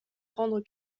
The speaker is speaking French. rendre